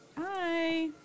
Hi